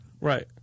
Right